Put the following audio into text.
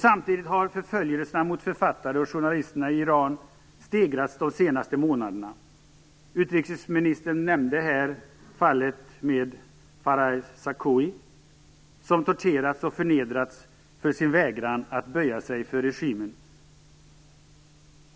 Samtidigt har förföljelserna mot författare och journalister i Iran stegrats de senaste månaderna. Utrikesministern nämnde fallet med Faraj Sarkoohi, som torterats och förnedrats för sin vägran att böja sig för regimen.